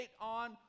on